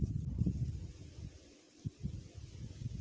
ಶೇಂಗಾಕಾಯಿ ದಪ್ಪ ಆಗಲು ಏನು ಮಾಡಬೇಕು?